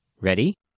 Ready